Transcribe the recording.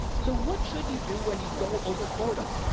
so what should you do when you go over quota?